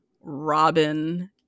Robin